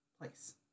place